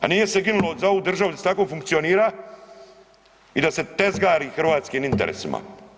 A nije se ginulo za ovu državu da se tako funkcionira i da se tezgari hrvatskim interesima.